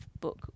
book